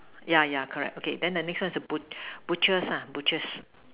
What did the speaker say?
yeah yeah correct okay then the next one is bu~ butchers ah butchers